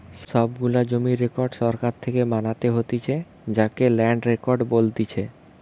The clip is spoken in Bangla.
সব গুলা জমির রেকর্ড সরকার থেকে বানাতে হতিছে যাকে ল্যান্ড রেকর্ড বলতিছে